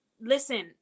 listen